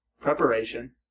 preparation